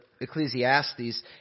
Ecclesiastes